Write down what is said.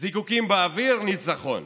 זיקוקים באוויר, ניצחון.